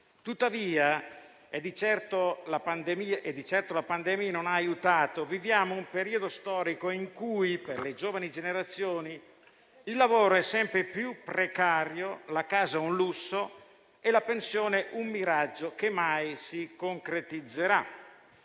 Tuttavia - e di certo la pandemia non ha aiutato - viviamo un periodo storico in cui per le giovani generazioni il lavoro è sempre più precario, la casa un lusso e la pensione un miraggio che mai si concretizzerà.